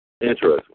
Interesting